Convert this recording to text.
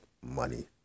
money